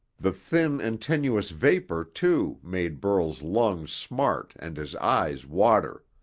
the thin and tenuous vapor, too, made burl's lungs smart and his eyes water.